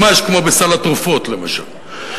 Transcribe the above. ממש כמו בסל התרופות, למשל.